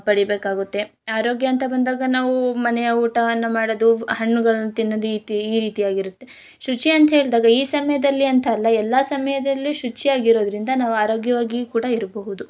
ಪಡಿಬೇಕಾಗುತ್ತೆ ಆರೋಗ್ಯ ಅಂತ ಬಂದಾಗ ನಾವು ಮನೆಯ ಊಟವನ್ನು ಮಾಡೋದು ಹಣ್ಣುಗಳನ್ನು ತಿನ್ನೋದು ಈ ಇತಿ ಈ ರೀತಿಯಾಗಿರುತ್ತೆ ಶುಚಿ ಅಂತ ಹೇಳಿದಾಗಾ ಈ ಸಮಯದಲ್ಲಿ ಅಂತ ಅಲ್ಲ ಎಲ್ಲ ಸಮಯದಲ್ಲು ಶುಚಿಯಾಗಿರೋದ್ರಿಂದ ನಾವು ಆರೋಗ್ಯವಾಗಿ ಕೂಡ ಇರ್ಬಹುದು